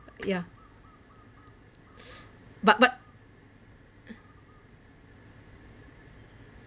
ya but but